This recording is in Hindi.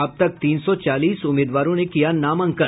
अब तक तीन सौ चालीस उम्मीदवारों ने किया नामांकन